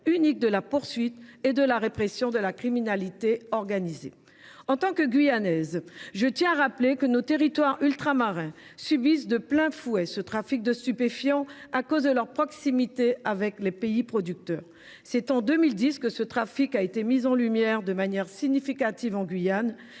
unique de la poursuite et de la répression de la criminalité organisée. En tant que Guyanaise, je tiens à rappeler que nos territoires ultramarins subissent de plein fouet ce trafic de stupéfiants à cause de leur proximité avec les pays producteurs. C’est en 2010 que ce trafic a été mis en lumière de manière significative en Guyane.